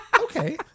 Okay